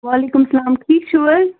وعلیکُم السلام ٹھیٖک چھُو حظ